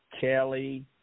Kelly